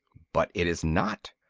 but it is not.